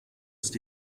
ist